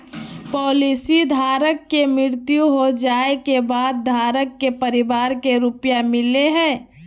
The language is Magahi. पॉलिसी धारक के मृत्यु हो जाइ के बाद धारक के परिवार के रुपया मिलेय हइ